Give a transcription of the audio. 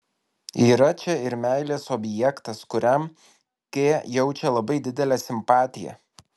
yra čia ir meilės objektas kuriam k jaučia labai didelę simpatiją